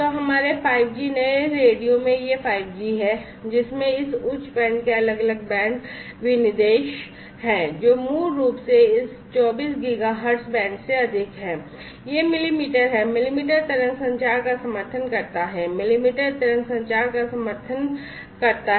तो हमारे 5G नए रेडियो में यह 5G है जिसमें इस उच्च बैंड के अलग अलग बैंड विनिर्देश हैं जो मूल रूप से इस 24 Giga hertz बैंड से अधिक है यह मिलीमीटर है मिलीमीटर तरंग संचार का समर्थन करता है मिलीमीटर तरंग संचार का समर्थन करता है